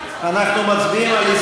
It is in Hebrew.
אחמד טיבי, עאידה תומא